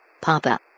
Papa